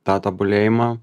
tą tobulėjimą